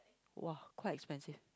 !wah! quite expensive